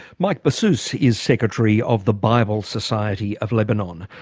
mike bassous is secretary of the bible society of lebanon.